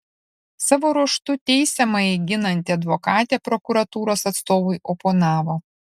savo ruožtu teisiamąjį ginanti advokatė prokuratūros atstovui oponavo